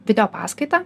video paskaitą